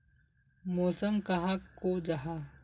मौसम कहाक को जाहा?